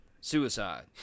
suicide